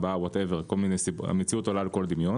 ארבעה - המציאות עולה על כל דמיון